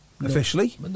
Officially